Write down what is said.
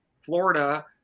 Florida